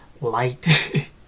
light